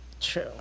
True